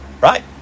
Right